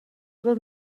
oder